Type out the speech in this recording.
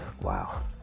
wow